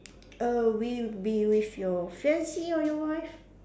or we be with your fiance or your wife